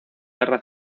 guerra